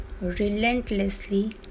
relentlessly